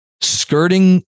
skirting